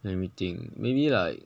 let me think maybe like